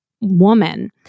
woman